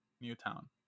newtown